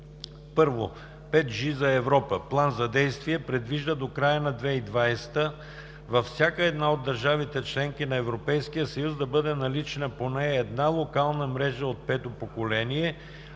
Първо, „5G за Европа: План за действие“ предвижда до края на 2020 г. във всяка една от държавите – членки на Европейския съюз, да бъде налична поне една локална мрежа от пето поколение,